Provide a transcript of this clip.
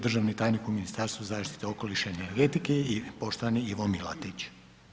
Državni tajnik u Ministarstvu zaštite okoliša i energetike i poštovani Ivo Milatić.